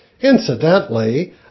Incidentally